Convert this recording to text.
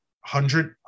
hundred